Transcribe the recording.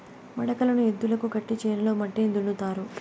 మడకలను ఎద్దులకు కట్టి చేనులో మట్టిని దున్నుతారు